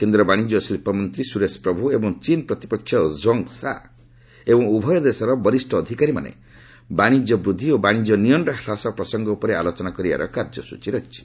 କେନ୍ଦ୍ର ବାଣିଜ୍ୟ ଓ ଶିଳ୍ପ ମନ୍ତ୍ରୀ ସୁରେଶ ପ୍ରଭୁ ଏବଂ ଚୀନ୍ ପ୍ରତିପକ୍ଷ ଝୋଙ୍ଗ୍ ସାଁ ଏବଂ ଉଭୟ ଦେଶର ବରିଷ୍ଠ ଅଧିକାରୀମାନେ ବାଶିଜ୍ୟ ବୃଦ୍ଧି ଓ ବାଶିଜ୍ୟ ନିଅଣ୍ଟ ହାସ ପ୍ରସଙ୍ଗ ଉପରେ ଆଲୋଚନା କରିବାର କାର୍ଯ୍ୟସୂଚୀ ରହିଛି